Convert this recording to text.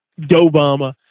Obama